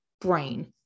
brain